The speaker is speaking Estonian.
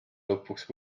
lõpuks